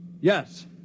Yes